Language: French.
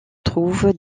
trouve